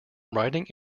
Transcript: writing